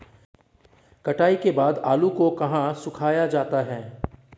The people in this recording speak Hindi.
कटाई के बाद आलू को कहाँ सुखाया जाता है?